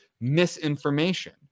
misinformation